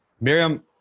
Miriam